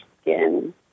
skin